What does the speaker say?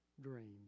dreams